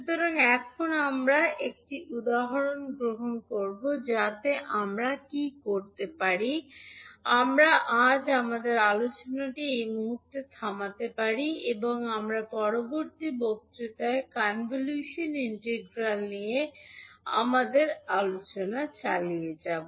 সুতরাং এখন আমরা একটি উদাহরণ গ্রহণ করব যাতে আমরা কী করতে পারি আমরা আজ আমাদের আলোচনাটি এই মুহুর্তে থামাতে পারি এবং আমরা পরবর্তী বক্তৃতায়ও কনভলিউশন ইন্টিগ্রাল নিয়ে আমাদের আলোচনা চালিয়ে যাব